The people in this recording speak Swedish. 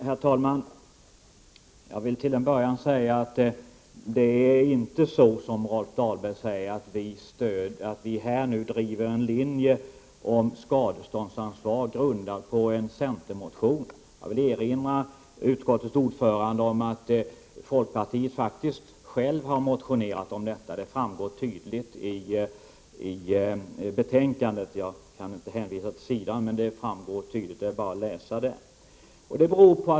Herr talman! Jag vill till en början säga att det inte är på det sättet som Rolf Dahlberg säger att en centermotion ligger till grund för den linje om skadeståndsansvar som folkpartiet nu driver. Jag vill erinra utskottets ordförande om att vi i folkpartiet faktiskt själva har motionerat om detta, vilket framgår tydligt av betänkandet, men jag kan inte hänvisa till sidan.